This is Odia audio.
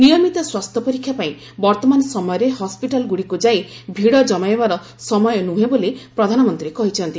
ନିୟମିତ ସ୍ୱାସ୍ଥ୍ୟ ପରୀକ୍ଷା ପାଇଁ ବର୍ତ୍ତମାନ ସମୟରେ ହସ୍କିଟାଲଗୁଡ଼ିକୁ ଯାଇ ଭିଡ଼ କମାଇବାର ସମୟ ନୁହେଁ ବୋଲି ପ୍ରଧାନମନ୍ତ୍ରୀ କହିଛନ୍ତି